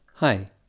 Hi